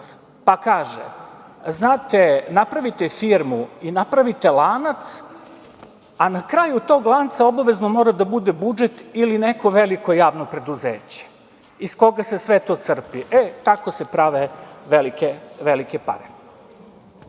pa kaže – znate, napravite firmu i napravite lanac, a na kraju tog lanca obavezno mora da bude budžet ili neko veliko javno preduzeće iz koga se sve to crpi. E, tako se prave velike pare. Što